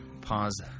pause